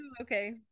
Okay